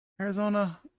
Arizona